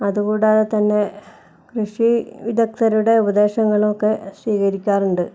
അതുകൂടാതെ തന്നെ കൃഷി വിദഗ്ധരുടെ ഉപദേശങ്ങളൊക്കെ സ്വീകരിക്കാറുണ്ട്